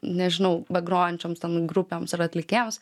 nežinau begrojančioms ten grupėms ir atlikėjams